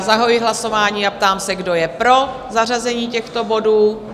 Zahajuji hlasování a ptám se, kdo je pro zařazení těchto bodů?